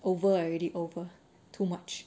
over already over too much